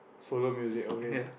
solo music okay